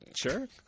Sure